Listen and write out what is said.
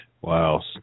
Wow